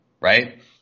right